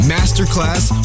Masterclass